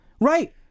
Right